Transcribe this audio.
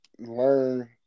Learn